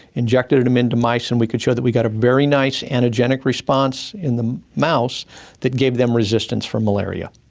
injected them into mice and we could show that we got a very nice antigenic response in the mouse that gave them resistance for malaria.